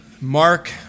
Mark